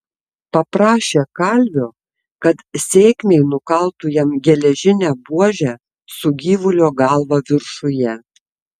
paprašė kalvio kad sėkmei nukaltų jam geležinę buožę su gyvulio galva viršuje